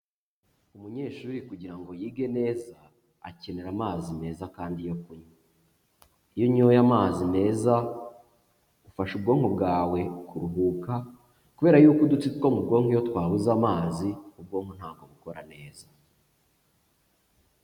Umunyeshuri kugira ngo yige neza, akenera amazi meza kandi yo kunywa, iyo unyoye amazi meza ufasha ubwonko bwawe kuruhuka, kubera y'uko udutsi two mu bwonko iyo twabuze amazi ubwonko ntabwo bukora neza.